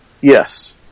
Yes